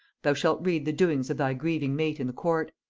thou shalt read the doings of thy grieving mate in the court.